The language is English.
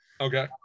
okay